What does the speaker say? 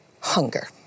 hunger